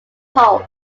pulse